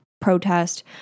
protest